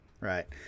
Right